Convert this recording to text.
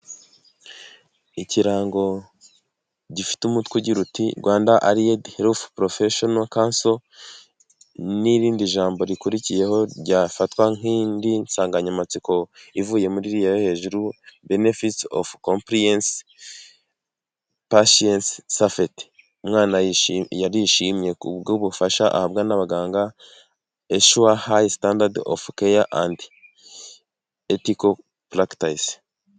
Ikirango gifite umutwe ugira uti Rwanda profesiona kanso nirindi jambo rikurikiyeho ryafatwa nk'indi nsanganyamatsiko ivuye muri iriya hejuru benefitsi patishienshi umwana yarishimye ku bw'ubufasha ahabwa n'abaganga ensuwazi hayi standadi ofu etiko paragitisi.